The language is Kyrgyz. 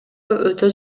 өтө